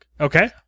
okay